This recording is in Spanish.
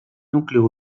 núcleo